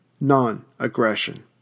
non-aggression